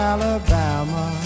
Alabama